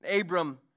Abram